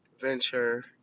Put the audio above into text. venture